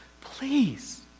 please